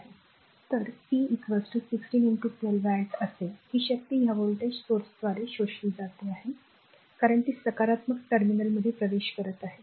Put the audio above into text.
तर p r 16 12 watt असेल ही शक्ती या व्होल्टेज स्त्रोताद्वारे शोषली जात आहे कारण ती सकारात्मक टर्मिनलमध्ये प्रवेश करत आहे